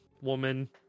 woman